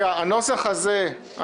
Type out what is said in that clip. --- חבר'ה, קשה לי.